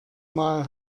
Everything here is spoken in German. mal